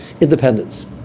independence